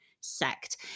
sect